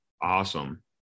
Awesome